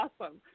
awesome